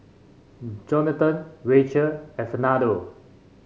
Johnathan Racheal and Fernando